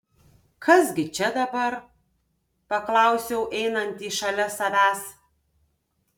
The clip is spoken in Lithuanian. kas gi čia dabar paklausiau einantį šalia savęs